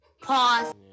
Pause